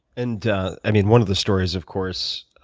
and i mean one of the stories, of course,